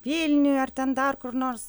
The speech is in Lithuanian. vilniuj ar ten dar kur nors